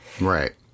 Right